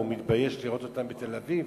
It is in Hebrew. והוא מתבייש לראות אותם בתל-אביב,